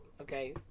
Okay